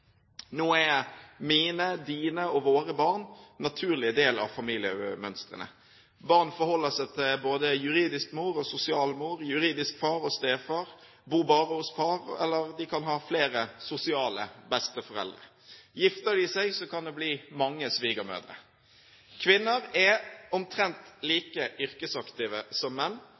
Nå er mine, dine og våre barn en naturlig del av familiemønstrene. Barn forholder seg til både juridisk mor og sosial mor, juridisk far og stefar, de kan bo bare hos far, og de kan ha flere «sosiale» besteforeldre. Gifter de seg, kan det bli mange «svigermødre». Kvinner er omtrent like yrkesaktive som menn,